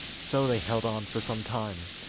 so they held on for some time,